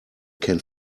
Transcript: can